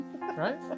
right